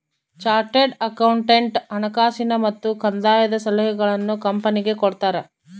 chartered accountant ಹಣಕಾಸಿನ ಮತ್ತು ಕಂದಾಯದ ಸಲಹೆಗಳನ್ನು ಕಂಪನಿಗೆ ಕೊಡ್ತಾರ